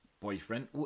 boyfriend